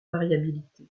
variabilité